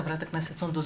ח"כ היבה יזבק